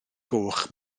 goch